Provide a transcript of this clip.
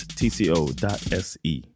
tco.se